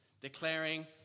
declaring